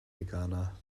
veganer